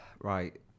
Right